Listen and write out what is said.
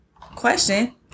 question